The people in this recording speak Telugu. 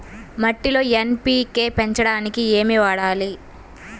మట్టిలో ఎన్.పీ.కే పెంచడానికి ఏమి వాడాలి?